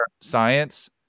science